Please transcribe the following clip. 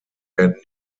werden